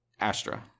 Astra